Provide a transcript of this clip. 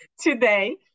today